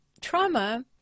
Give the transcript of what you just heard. trauma